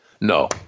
No